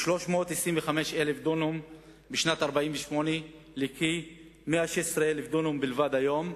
מ-325,000 דונם בשנת 1948 לכדי 116,000 דונם בלבד היום,